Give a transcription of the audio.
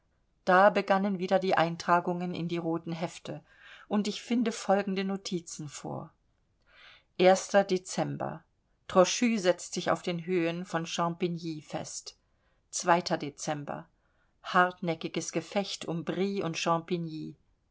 da begannen wieder die eintragungen in die roten hefte und ich finde folgende notizen vor dezember trochu setzt sich auf den höhen von champigny fest dezember hartnäckiges gefecht um brie und champigny